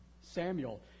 Samuel